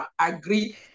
agree